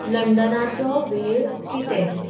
लंडानाचो वेळ कितें